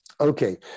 okay